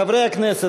חברי הכנסת,